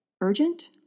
urgent